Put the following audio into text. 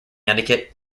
etiquette